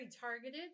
targeted